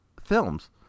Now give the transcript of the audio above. films